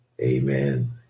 Amen